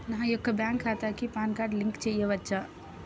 నా యొక్క బ్యాంక్ ఖాతాకి పాన్ కార్డ్ లింక్ చేయవచ్చా?